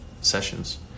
sessions